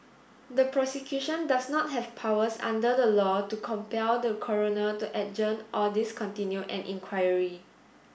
the Prosecution does not have powers under the law to compel the Coroner to adjourn or discontinue an inquiry